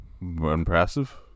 Impressive